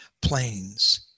planes